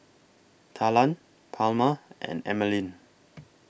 Talan Palma and Emeline